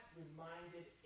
reminded